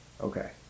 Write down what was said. Okay